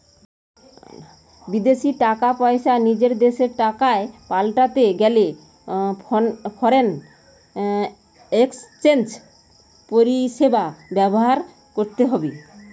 বিদেশী টাকা পয়সা নিজের দেশের টাকায় পাল্টাতে গেলে ফরেন এক্সচেঞ্জ পরিষেবা ব্যবহার করতে হবে